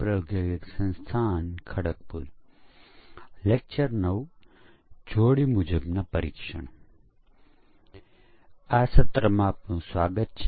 દરેક પરીક્ષણ કેસ મૂળભૂત રીતે સોફ્ટવેરનું કોઈ કાર્ય ચલાવે છે